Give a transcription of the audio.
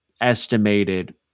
estimated